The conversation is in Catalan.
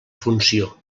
funció